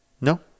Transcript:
no